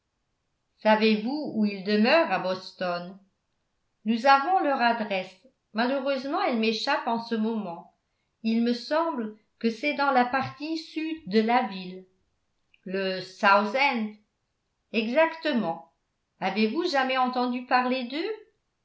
savez-vous où ils demeurent à boston nous avons leur adresse malheureusement elle m'échappe en ce moment il me semble que c'est dans la partie sud de la ville le south end exactement avez-vous jamais entendu parler d'eux